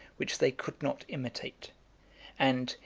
which they could not imitate and,